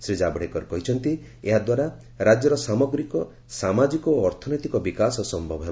ଶ୍ରୀ ଜାଭଡେକର କହିଛନ୍ତି ଏହାଦ୍ୱାରା ରାଜ୍ୟର ସାମଗ୍ରୀକ ସାମାଜିକ ଓ ଅର୍ଥନୈତିକ ବିକାଶ ସମ୍ଭବ ହେବ